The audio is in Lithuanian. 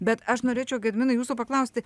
bet aš norėčiau gediminai jūsų paklausti